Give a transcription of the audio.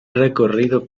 recorrido